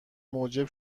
موجب